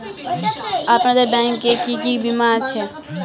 আপনাদের ব্যাংক এ কি কি বীমা আছে?